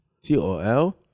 T-O-L